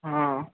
हँ